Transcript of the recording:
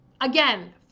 Again